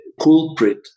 culprit